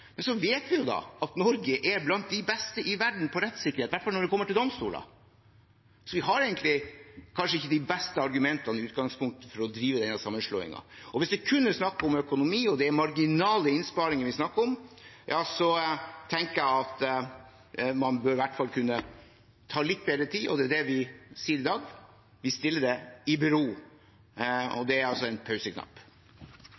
Men så vet vi at Norge er blant de beste i verden på rettssikkerhet, i hvert fall når det kommer til domstoler. Så vi har egentlig kanskje ikke de beste argumentene i utgangspunktet for å drive denne sammenslåingen. Hvis det kun er snakk om økonomi og de marginale innsparingene vi snakker om, tenker jeg at man i hvert fall bør kunne ta seg litt bedre tid, og det er det vi sier i dag: «stilles i bero». Det er altså en pauseknapp. Domstolane våre har vore gjennom ei turbulent og